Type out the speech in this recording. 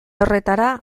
horretara